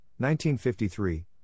1953